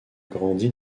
grandi